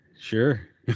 sure